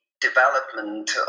development